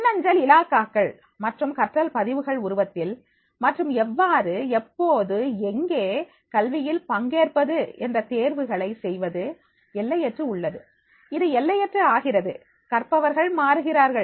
மின்னஞ்சல் இலாக்காக்கள் மற்றும் கற்றல் பதிவுகள் உருவத்தில் மற்றும் எவ்வாறு எப்போது எங்கே கல்வியில் பங்கேற்பது என்ற தேர்வுகளை செய்வது எல்லையற்று உள்ளது இது எல்லையற்று ஆகிறது கற்பவர்கள் மாறுகிறார்கள்